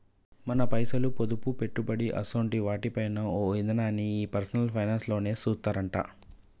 మన పైసలు, పొదుపు, పెట్టుబడి అసోంటి వాటి పైన ఓ ఇదనాన్ని ఈ పర్సనల్ ఫైనాన్స్ లోనే సూత్తరట